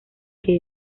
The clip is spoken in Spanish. que